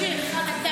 דמי